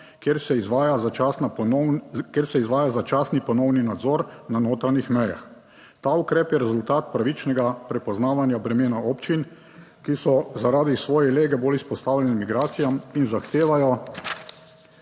kjer se izvaja začasni ponovni nadzor na notranjih mejah. Ta ukrep je rezultat pravičnega prepoznavanja bremena občin, ki so zaradi svoje lege bolj izpostavljene migracijam in zahtevajo